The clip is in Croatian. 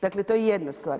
Dakle, to je jedna stvar.